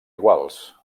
iguals